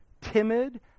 timid